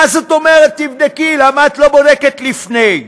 מה זאת אומרת תבדקי, למה את לא בודקת לפני?